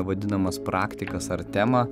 vadinamas praktikas ar temą